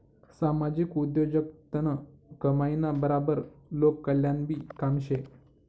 सामाजिक उद्योगजगतनं कमाईना बराबर लोककल्याणनंबी काम शे